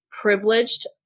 privileged